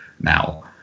now